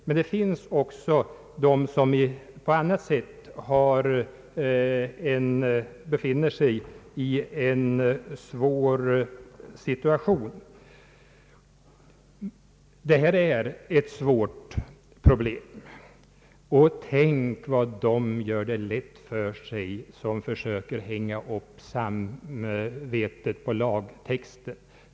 Men det finns också de som på annat sätt befinner sig i en besvärlig situation. Detta är ett svårt problem. Tänk vad de gör det lätt för sig som försöker hänga upp samvetet på lagtext!